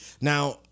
Now